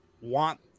want